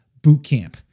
bootcamp